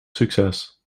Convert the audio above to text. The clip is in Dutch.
succes